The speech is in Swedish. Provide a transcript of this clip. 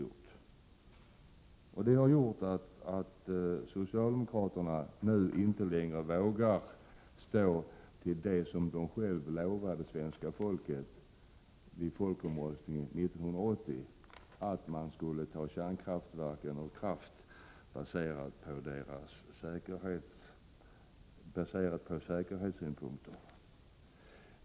1987/88:135 mokraterna inte längre stå fast vid det som de lovade svenska folket vid folkomröstningen 1980, nämligen att säkerheten skulle få avgöra när kärnkraftverken skulle tas ur drift.